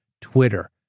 Twitter